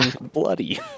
bloody